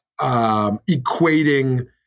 equating